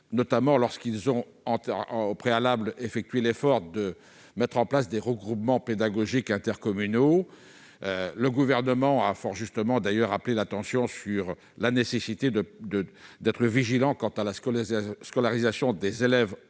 notamment lorsqu'ils ont au préalable consenti l'effort de mettre en place des regroupements pédagogiques intercommunaux. Le Gouvernement a fort justement appelé l'attention sur la nécessité de veiller sur la scolarisation des élèves en